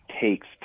takes